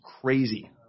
crazy